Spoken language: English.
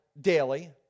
daily